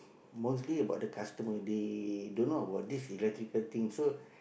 mostly about the customer they don't know about this electrical thing so